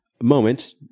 Moment